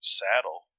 saddle